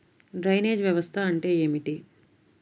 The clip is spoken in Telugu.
డ్రైనేజ్ వ్యవస్థ అంటే ఏమిటి?